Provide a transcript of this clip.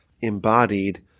embodied